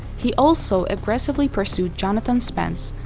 he also aggressively pursued jonathan spence,